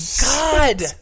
God